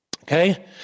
Okay